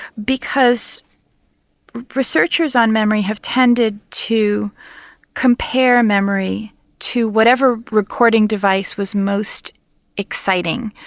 because researchers on memory have tended to compare memory to whatever recording device was most exciting,